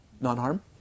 non-harm